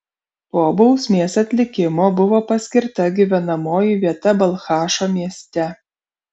po bausmės atlikimo buvo paskirta gyvenamoji vieta balchašo mieste